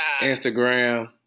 Instagram